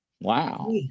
wow